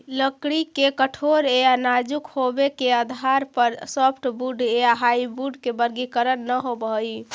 लकड़ी के कठोर या नाजुक होबे के आधार पर सॉफ्टवुड या हार्डवुड के वर्गीकरण न होवऽ हई